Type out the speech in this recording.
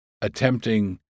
attempting